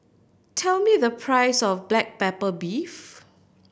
tell me the price of black pepper beef